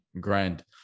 grand